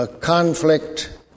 conflict